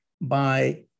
by-